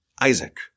Isaac